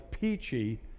peachy